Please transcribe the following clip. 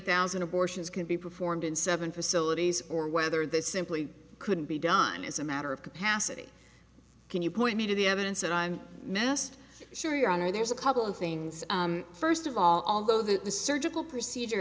thousand abortions can be performed in seven facilities or whether they simply couldn't be done is a matter of capacity can you point me to the evidence and i'm mess sure your honor there's a couple of things first of all although the surgical procedure